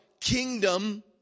kingdom